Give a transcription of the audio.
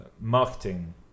marketing